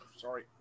sorry